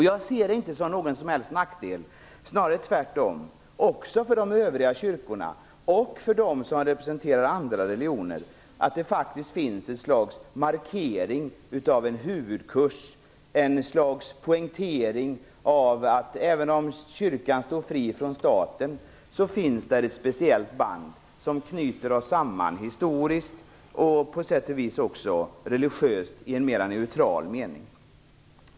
Jag ser det inte som någon som helst nackdel - snarare tvärtom - också för de övriga kyrkorna och för dem som representerar andra religioner att det finns ett slags markering av en huvudkurs, ett slags poängtering av att även om kyrkan står fri från staten finns där ett speciellt band som knyter oss samman historiskt och på sätt och vis också religiöst i en mera neutral mening.